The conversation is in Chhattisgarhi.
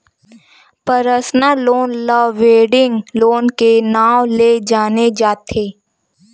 परसनल लोन ल वेडिंग लोन के नांव ले जाने जाथे